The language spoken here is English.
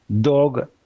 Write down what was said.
dog